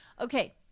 Okay